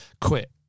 quit